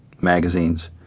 magazines